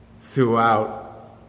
throughout